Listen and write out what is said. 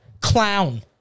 Clown